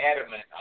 adamant